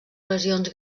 lesions